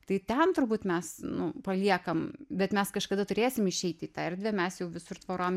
tai ten turbūt mes nu paliekam bet mes kažkada turėsim išeiti į tą erdvę mes jau visur tvorom